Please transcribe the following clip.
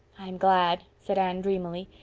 i'm glad, said anne dreamily.